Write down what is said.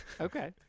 Okay